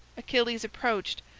achilles approached,